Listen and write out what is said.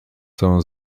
całą